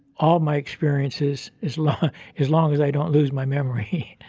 all my experiences as long as long as i don't lose my memory,